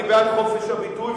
אני בעד חופש הביטוי,